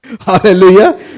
Hallelujah